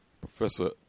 Professor